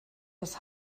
das